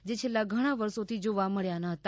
જે છેલ્લા ઘણા વરસોથી જોવા મળ્યા ન હતા